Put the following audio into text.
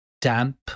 Damp